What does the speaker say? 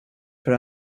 för